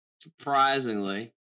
surprisingly